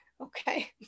Okay